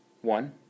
One